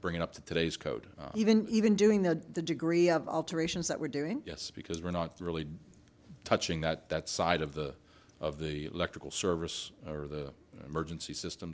bringing up to today's code even even doing that the degree of alterations that we're doing yes because we're not really touching that that side of the of the electrical service or the emergency system